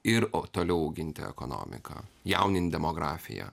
ir o toliau auginti ekonomiką jaunint demografiją